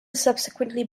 subsequently